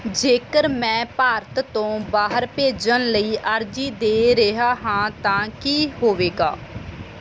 ਜੇਕਰ ਮੈਂ ਭਾਰਤ ਤੋਂ ਬਾਹਰ ਭੇਜਣ ਲਈ ਅਰਜ਼ੀ ਦੇ ਰਿਹਾ ਹਾਂ ਤਾਂ ਕੀ ਹੋਵੇਗਾ